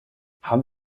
haben